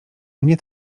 mnie